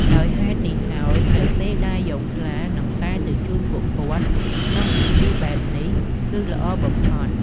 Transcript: ដោយហេតុនេះហើយនៅពេលដែលយកស្លានិងតែទៅជូនពួកគាត់ក្នុងពិធីបែបនេះគឺល្អបំផុត។